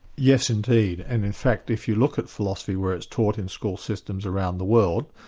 yes indeed. and in fact if you look at philosophy where it's taught in school systems around the world,